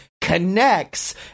connects